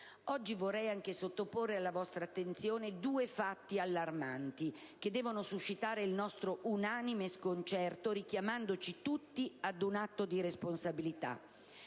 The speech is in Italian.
Oggi vorrei anche sottoporre alla vostra attenzione due fatti allarmanti che devono suscitare il nostro unanime sconcerto, richiamandoci tutti ad un atto di responsabilità.